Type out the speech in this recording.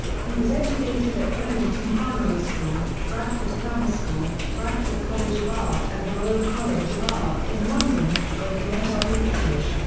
he was educated at wellington primary school, bradford grammar school, bradford college of art and the royal college of art in london, where he met r. b. kitaj.